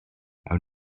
awn